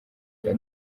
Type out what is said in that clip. cya